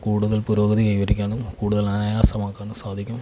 കൂടുതൽ പുരോഗതി കൈവരിക്കാനും കൂടുതൽ ആയാസമാക്കാനും സാധിക്കും